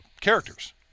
characters